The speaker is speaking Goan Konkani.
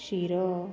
शिरो